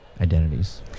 identities